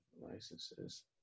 Licenses